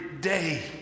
day